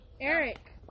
Eric